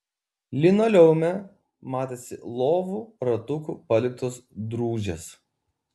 linoleume matėsi lovų ratukų paliktos drūžės